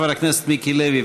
חבר הכנסת מיקי לוי,